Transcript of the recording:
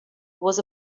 was